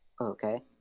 Okay